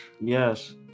Yes